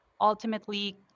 ultimately